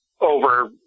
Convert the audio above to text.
over